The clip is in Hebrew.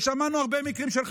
שמענו על הרבה מקרים של חיילים,